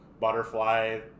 Butterfly